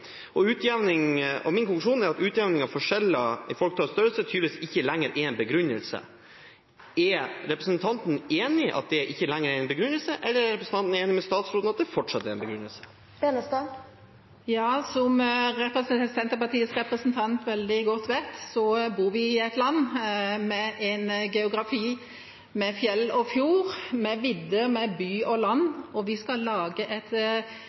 at utjevning av forskjeller i folketall og størrelse tydeligvis ikke lenger er en begrunnelse. Er representanten enig i at det ikke lenger er en begrunnelse, eller er representanten enig med statsråden i at det fortsatt er en begrunnelse? Som Senterpartiets representant veldig godt vet, bor vi i et land som har en geografi med fjell og fjorder, med vidder, med by og land, og vi skal lage et